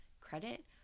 credit